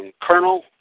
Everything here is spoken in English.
colonel